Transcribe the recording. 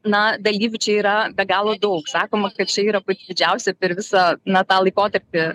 na dalyvių čia yra be galo daug sakoma kad čia yra pati didžiausia per visą na tą laikotarpį